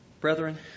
Brethren